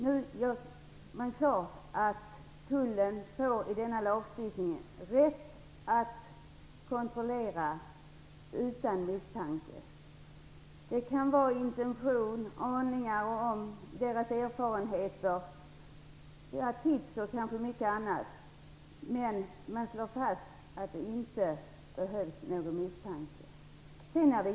Tullen får i denna lagstiftning rätt att kontrollera utan misstanke. Det kan vara fråga om intention, aningar, erfarenheter, tips och kanske mycket annat, men man slår fast att det inte behövs någon misstanke.